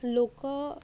लोक